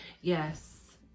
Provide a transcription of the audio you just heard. yes